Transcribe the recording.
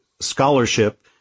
scholarship